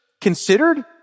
considered